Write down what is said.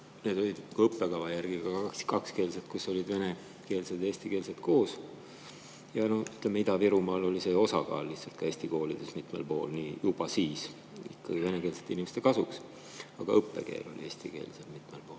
need olid ka õppekava järgi kakskeelsed, kus olid venekeelsed ja eestikeelsed koos. Ja, ütleme, Ida-Virumaal oli see osakaal lihtsalt mitmel pool juba siis ikkagi venekeelsete inimeste kasuks, aga õppekeel oli eesti keel seal mitmel pool.